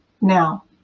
now